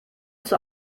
zur